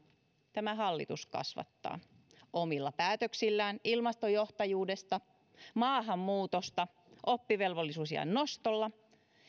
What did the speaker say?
tämä hallitus kasvattaa omilla päätöksillään ilmastojohtajuudesta ja maahanmuutosta oppivelvollisuusiän nostolla